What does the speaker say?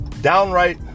downright